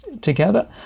together